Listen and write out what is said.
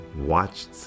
watched